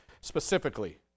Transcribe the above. specifically